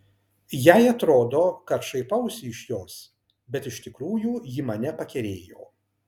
jai atrodo kad šaipausi iš jos bet iš tikrųjų ji mane pakerėjo